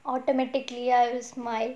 automatically I will smile